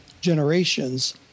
generations